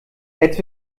jetzt